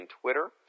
Twitter